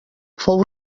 fou